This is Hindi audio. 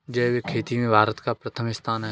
जैविक खेती में भारत का प्रथम स्थान है